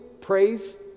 praise